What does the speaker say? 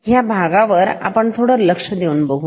ह्या भागावर आपण थोड लक्ष देऊन बघूया